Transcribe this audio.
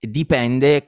dipende